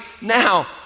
now